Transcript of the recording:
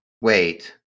wait